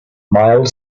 mild